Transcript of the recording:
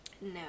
No